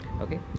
okay